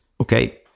okay